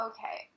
Okay